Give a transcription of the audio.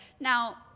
now